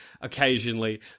occasionally